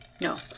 No